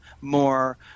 more